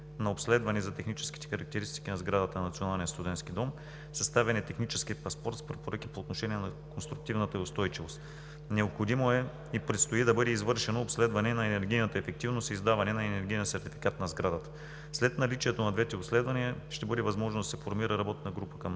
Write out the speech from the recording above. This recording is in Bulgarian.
на обследване за техническите характеристики на сградата на Националния студентски дом, съставяне на техническия паспорт с препоръки по отношение на конструктивната ѝ устойчивост. Необходимо е и предстои да бъде извършено обследване на енергийната ефективност и издаване на енергиен сертификат на сградата. След наличието на двете обследвания ще бъде възможно да се формира работна група към